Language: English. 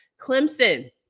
Clemson